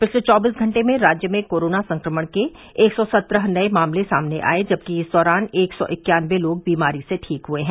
पिछले चौबीस घंटे में राज्य में कोरोना संक्रमण के एक सौ सत्रह नये मामले सामने आये जबकि इस दौरान एक सौ इक्यानबे लोग बीमारी से ठीक हुए हैं